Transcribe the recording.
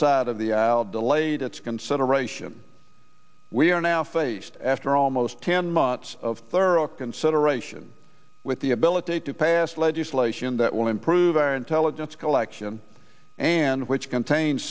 side of the aisle delayed its consideration we are now faced after almost ten months of thorough consideration with the ability to pass legislation that will improve our intelligence collection and which contains